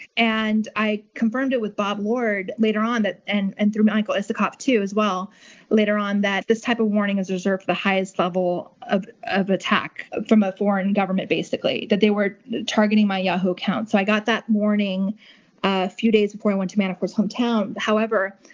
and i confirmed it with bob ward later on, and and through michael isokoff as well later on, that this type of warning is reserved for the highest level of of attack from a foreign government, basically, that they were targeting my yahoo account. so i got that morning a few days before i went to manafort's hometown. however,